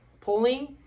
pulling